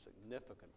significant